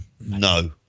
No